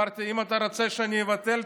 אמרתי: אם אתה רוצה שאני אבטל,